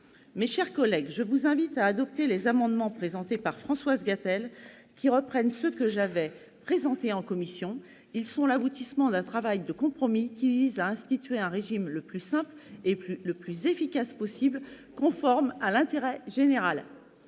Mes chers collègues, je vous invite à adopter les amendements présentés par Françoise Gatel, qui reprennent ceux que j'avais présentés en commission. Ils sont l'aboutissement d'un travail de compromis visant à instituer un régime le plus simple et le plus efficace possible, conforme à l'intérêt général.